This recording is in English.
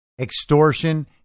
extortion